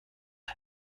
hij